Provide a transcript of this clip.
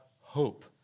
hope